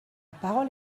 parole